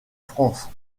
france